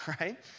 right